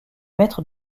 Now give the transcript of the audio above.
maître